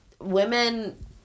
women